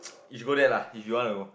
you should go there lah if you want to go